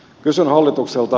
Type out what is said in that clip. kysyn hallitukselta